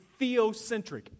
theocentric